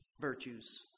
virtues